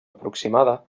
aproximada